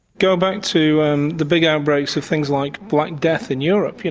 go back to um the big outbreaks of things like black death in europe, you know